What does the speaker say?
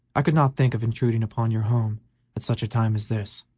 i could not think of intruding upon your home at such a time as this.